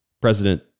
President